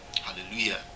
hallelujah